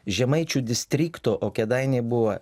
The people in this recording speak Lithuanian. žemaičių distrikto o kėdainiai buvo